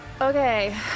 Okay